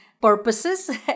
purposes